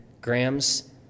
grams